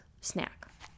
snack